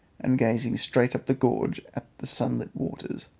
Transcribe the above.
and gazing straight up the gorge at the sunlit waters,